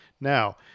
Now